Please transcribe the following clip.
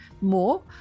more